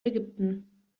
ägypten